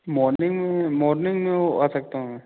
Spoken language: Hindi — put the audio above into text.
मोर्निंग मोर्निंग में वो आ सकता हूँ मैं